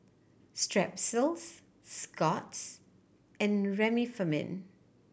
Strepsils Scott's and Remifemin